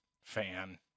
fan